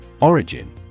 Origin